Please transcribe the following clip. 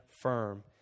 firm